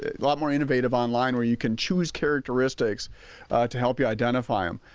a lot more innovative online where you can choose characteristics to help you identify um